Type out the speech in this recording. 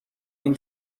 این